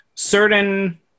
Certain